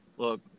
Look